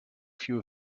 few